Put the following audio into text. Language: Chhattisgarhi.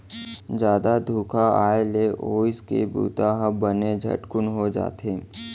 जादा धुका आए ले ओसई के बूता ह बने झटकुन हो जाथे